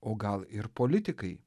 o gal ir politikai